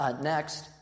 Next